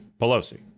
Pelosi